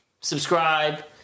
subscribe